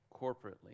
corporately